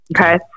Okay